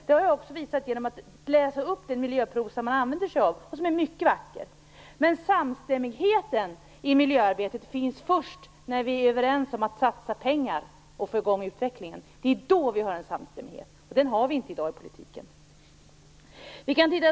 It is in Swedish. Det har de också visat genom att läsa upp den miljöprosa man använder sig av och som är mycket vacker. Men samstämmigheten i miljöarbetet finns först när vi är överens om att satsa pengar på att få i gång den utvecklingen. Först då får vi samstämmighet. Den har vi inte i dag i politiken.